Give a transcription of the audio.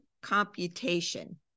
computation